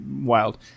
wild